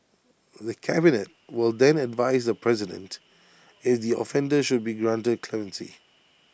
the cabinet will then advise the president if the offender should be granted clemency